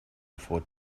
afford